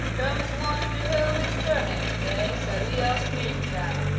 thomas wanted to hoe his turnips today so he asked me to come.